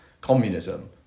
communism